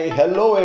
hello